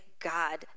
God